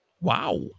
Wow